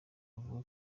avuga